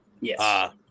Yes